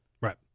Right